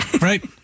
right